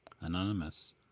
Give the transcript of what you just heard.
Anonymous